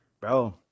Bro